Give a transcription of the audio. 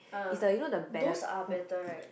ah those are better right